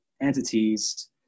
entities